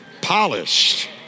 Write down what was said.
Polished